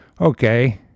okay